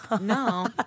No